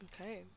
okay